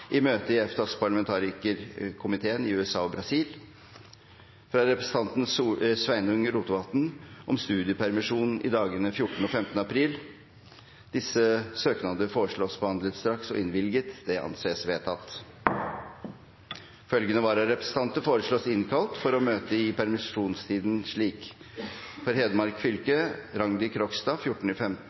i møte i EFTA-parlamentarikerkomiteene i USA og Brasil fra representanten Sveinung Rotevatn om studiepermisjon i dagene 14. og 15. april Etter forslag fra presidenten ble enstemmig besluttet: Søknadene behandles straks og innvilges. Følgende vararepresentanter innkalles for å møte i permisjonstiden: For Hedmark fylke: Rangdi Krogstad